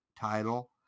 title